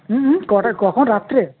হুম হুম কটায় কখন রাত্রে